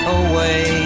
away